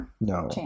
no